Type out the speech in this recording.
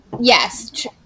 Yes